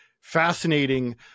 fascinating